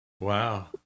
Wow